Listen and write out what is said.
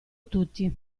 tutti